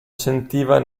sentiva